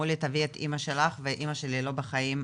אמרו לי תביאי את אמא שלך ואמא שלי לא בחיים,